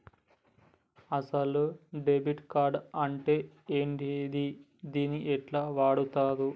అసలు debit card అంటే ఏంటిది? దీన్ని ఎట్ల వాడుతరు?